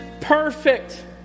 perfect